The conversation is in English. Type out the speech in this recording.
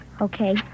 Okay